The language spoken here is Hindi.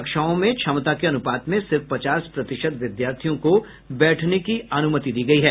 कक्षाओं में क्षमता के अनुपात में सिर्फ पचास प्रतिशत विद्यार्थियों को बैठने की अनुमति दी गई है